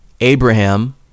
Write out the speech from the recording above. Abraham